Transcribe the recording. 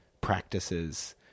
practices